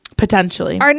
Potentially